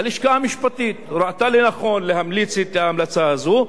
הלשכה המשפטית ראתה לנכון להמליץ את ההמלצה הזאת.